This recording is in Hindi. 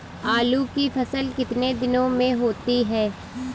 आलू की फसल कितने दिनों में होती है?